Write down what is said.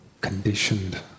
conditioned